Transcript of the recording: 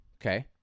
okay